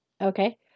Okay